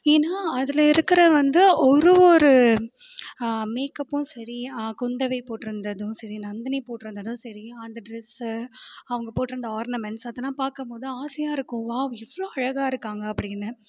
ஏன்னா அதில் இருக்கிற வந்து ஒரு ஒரு மேக்கப்பும் சரி குந்தவை போட்டிருந்ததும் சரி நந்தினி போட்டிருந்ததும் சரி அந்த ட்ரெஸ்ஸு அவங்க போட்டிருந்த ஆர்னமெண்ட்ஸ் அதெலாம் பார்க்கமோது ஆசையாக இருக்கும் வாவ் இவ்வளோ அழகாக இருக்காங்கள் அப்படின்னு